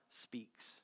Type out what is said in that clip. speaks